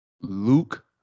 Luke